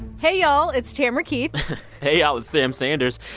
hey, y'all. it's tamara keith hey, y'all. it's sam sanders.